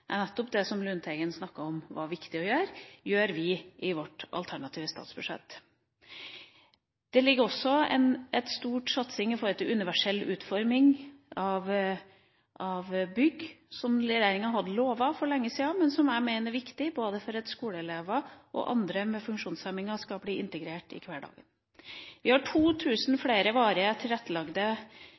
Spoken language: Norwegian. nettopp det representanten Lundteigen snakket om at var viktig å gjøre, og det gjør vi i vårt alternative statsbudsjett. Det ligger også inne en stor satsing når det gjelder universell utforming av bygg – som regjeringa hadde lovet for lenge siden – som jeg mener er viktig for at både skoleelever og andre med funksjonshemninger skal bli integrert i hverdagen. Vi har 2 000 flere